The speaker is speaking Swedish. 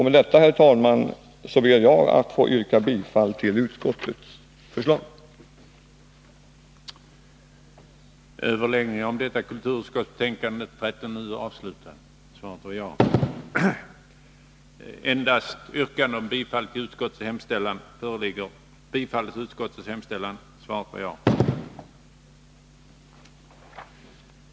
Med detta, herr talman, ber jag att få yrka bifall till utskottets förslag.